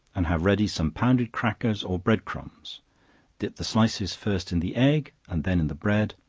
and have ready some pounded crackers or bread crumbs dip the slices first in the egg, and then in the bread,